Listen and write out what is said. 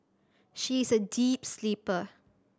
she is a deep sleeper